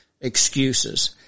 excuses